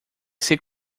ser